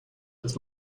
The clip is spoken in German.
das